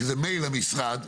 שזה מייל למשרד.